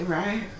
right